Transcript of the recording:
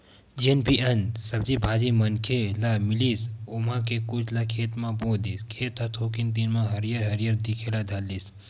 जेन भी अन्न, सब्जी भाजी मनखे ल मिलिस ओमा के कुछ ल खेत म बो दिस, खेत ह थोकिन दिन म हरियर हरियर दिखे ल धर लिस